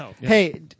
Hey